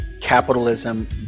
capitalism